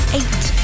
eight